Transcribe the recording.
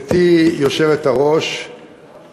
גברתי היושבת-ראש,